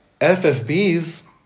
FFBs